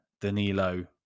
Danilo